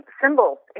symbols